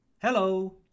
Hello